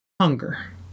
Hunger